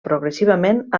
progressivament